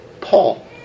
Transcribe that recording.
Paul